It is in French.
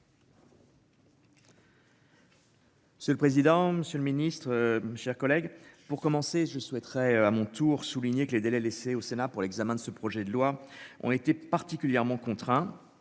C'est le président, Monsieur le Ministre. Chers collègues, pour commencer je souhaiterais à mon tour souligner que les délais laissés au Sénat pour l'examen de ce projet de loi ont été particulièrement contraint